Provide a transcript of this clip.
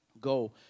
Go